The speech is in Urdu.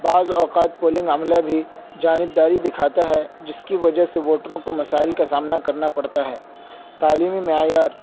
بعض اوقات پولنگ عملہ بھی جانب داری دکھاتا ہے جس کی وجہ سے ووٹروں کو مسائل کا سامنا کرنا پڑتاہے تعلیمی معیار